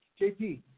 JP